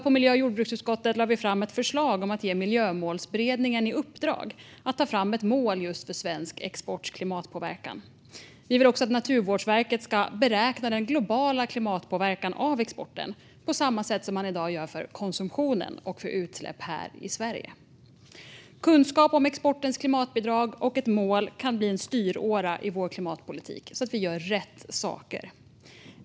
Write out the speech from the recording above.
På miljö och jordbruksutskottets sammanträde i dag lade vi fram ett förslag om att ge Miljömålsberedningen i uppdrag att ta fram ett mål just för svensk exports klimatpåverkan. Vi vill också att Naturvårdsverket ska beräkna den globala klimatpåverkan av exporten på samma sätt som man i dag gör för konsumtionen och för utsläpp här i Sverige. Kunskap om exportens klimatbidrag och ett mål kan bli en styråra i vår klimatpolitik, så att vi gör rätt saker.